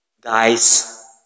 Guys